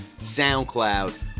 SoundCloud